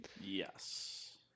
Yes